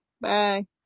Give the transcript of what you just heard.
Bye